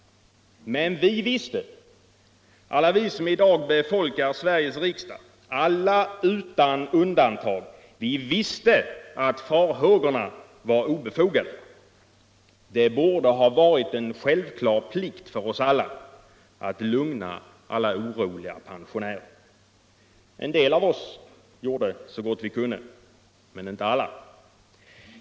: Men vi visste, alla vi som i dag befolkar Sveriges riksdag, alla utan undantag, att frågorna var obefogade. Det borde ha varit en självklar plikt för oss alla att lugna alla oroliga pensionärer. En del av oss gjorde så gott vi kunde. Men inte alla.